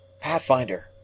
Pathfinder